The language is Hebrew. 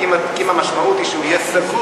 כי אם המשמעות היא שהוא יהיה סגור,